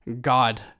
God